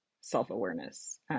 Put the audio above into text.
self-awareness